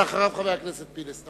ואחריו, חבר הכנסת אופיר פינס.